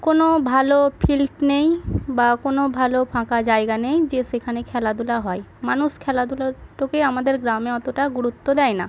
কোনো ভালো ফিল্ড নেই বা কোনো ভালো ফাঁকা জায়গা নেই যে সেখানে খেলাধুলা হয় মানুষ খেলাধুলাটাকে আমাদের গ্রামে অতটা গুরুত্ব দেয় না